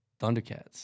Thundercats